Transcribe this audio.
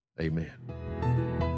Amen